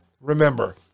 Remember